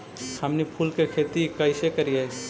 हमनी फूल के खेती काएसे करियय?